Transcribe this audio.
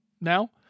now